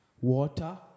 water